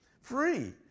free